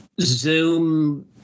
Zoom